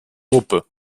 truppe